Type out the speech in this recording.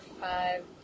five